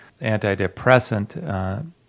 antidepressant